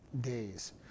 days